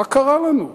מה קרה לנו?